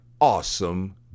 awesome